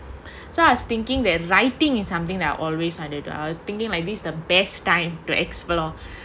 so I was thinking that writing is something that I always wanted err thinking like this the best time to explore